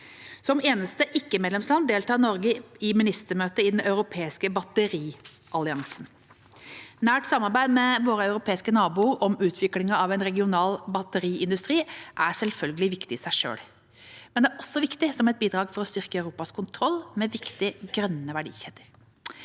Som eneste ikke-medlemsland deltar Norge også i ministermøter i den europeiske batterialliansen. Nært samarbeid med våre europeiske naboer om utvikling av en regional batteriindustri er selvfølgelig viktig i seg selv, men det er også viktig som et bidrag for å styrke Europas kontroll med viktige grønne verdikjeder.